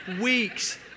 weeks